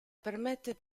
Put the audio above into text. permette